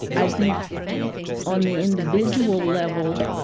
i think on the individual level